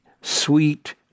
sweet